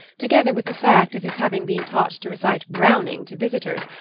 together with the fact of his having been taught to recite browning to visitors,